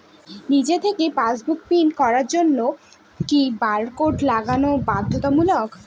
নিজে থেকে passbook print করার জন্য কি বারকোড লাগানো বাধ্যতামূলক?